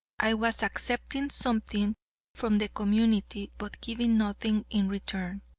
i was accepting something from the community, but giving nothing in return.